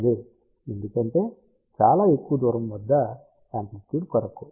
అదే ఎందుకంటే చాలా ఎక్కువ దూరము వద్ద యామ్ప్లిట్యుడ్ కొరకు